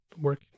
work